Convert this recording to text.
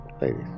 Ladies